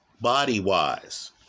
body-wise